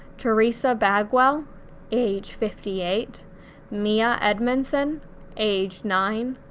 theresa bagwell age fifty eight mia edmundson age nine,